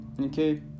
okay